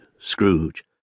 Scrooge